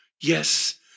Yes